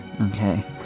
okay